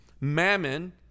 mammon